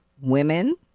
women